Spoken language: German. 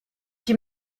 die